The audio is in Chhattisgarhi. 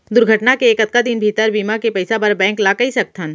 दुर्घटना के कतका दिन भीतर बीमा के पइसा बर बैंक ल कई सकथन?